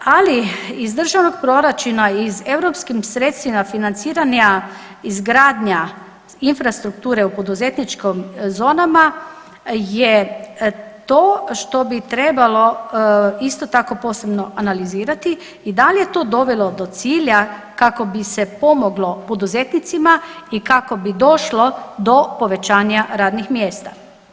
Ali iz državnog proračuna i iz europskim sredstvima financiranja izgradnja infrastrukture u poduzetničkim zonama je to što bi trebalo isto tako posebno analizirati i dal je to dovelo do cilja kako bi se pomoglo poduzetnicima i kako bi došlo do povećanja radnih mjesta.